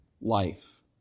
life